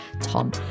Tom